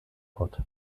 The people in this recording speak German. fort